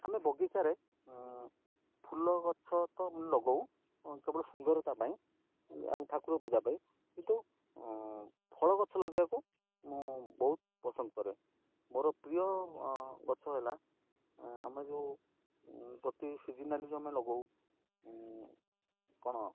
ଆମେ ବଗିଚାରେ ଫୁଲ ଗଛ ତ ଲଗଉ କେବଳ ସୁନ୍ଦରତା ପାଇଁ ଆଉ ଠାକୁର ପୂଜା ପାଇଁ କିନ୍ତୁ ଫଳ ଗଛ ଲଗେଇବାକୁ ମୁଁ ବହୁତ ପସନ୍ଦ କରେ ମୋର ପ୍ରିୟ ଗଛ ହେଲା ଆମେ ଯେଉଁ ପ୍ରତି ସିଜିନାଲି ଯେଉଁ ଆମେ ଲଗଉ କ'ଣ